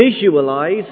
visualize